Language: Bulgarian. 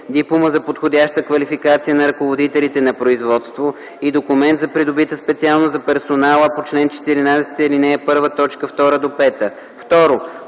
„Диплома за подходяща квалификация на ръководителите на производство и документ за придобита специалност за персонала по чл. 14, ал. 1, т. 2-5” 2.